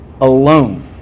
alone